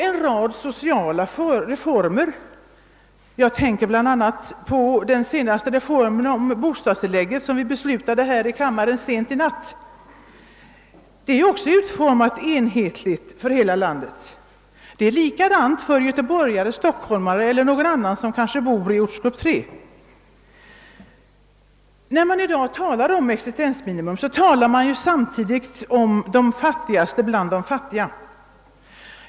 En rad sociala reformer — jag tänker bl.a. på den senaste reformen om bostadstillägget till barnfamiljerna, som vi i denna kammare beslutade om sent i natt — är ju utformade enhetligt för hela landet. Bostadstillägget till barnfamiljerna är lika för göteborgare, stockholmare eller andra som är bosatta inom ortsgrupp 3. När man i dag talar om existensminimum talar man samtidigt om de fattigaste bland de fattiga.